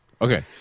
Okay